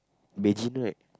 Beijing right